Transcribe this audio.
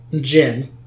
gin